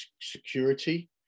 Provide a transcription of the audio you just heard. security